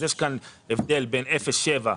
אז יש כאן הבדל בין אפס עד שבעה,